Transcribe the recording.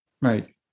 Right